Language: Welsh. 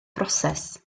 broses